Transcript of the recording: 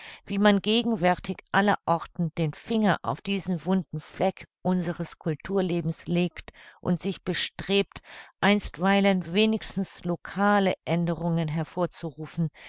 wie man gegenwärtig allerorten den finger auf diesen wunden fleck unseres kulturlebens legt und sich bestrebt einstweilen wenigstens lokale aenderungen hervorzurufen